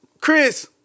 Chris